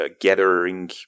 gathering